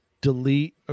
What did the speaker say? delete